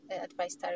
advice